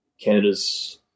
Canada's